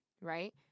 Right